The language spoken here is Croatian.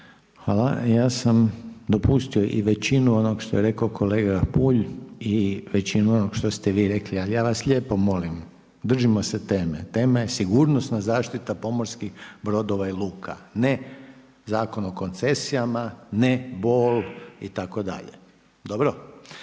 Hvala. Ja sam dopustio i većinu onoga što je rekao kolega Bulj i većinu što ste vi rekli, ali ja vas lijepo molim držimo se teme. Tema je sigurnosna zaštita pomorskih brodova i luka, ne Zakon o koncesijama, ne Bol itd. dobro?